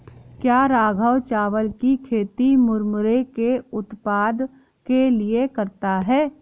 क्या राघव चावल की खेती मुरमुरे के उत्पाद के लिए करता है?